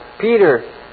Peter